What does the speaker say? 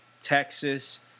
Texas